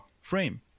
frame